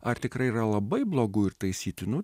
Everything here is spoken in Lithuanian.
ar tikrai yra labai blogų ir taisytinų